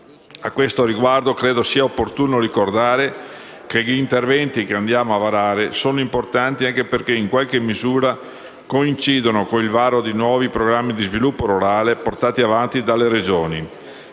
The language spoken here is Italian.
A questo riguardo, credo sia opportuno ricordare che gli interventi che ci apprestiamo a varare sono importanti anche perché, in qualche misura, coincidono con il varo dei nuovi programmi di sviluppo rurale portati avanti dalle Regioni,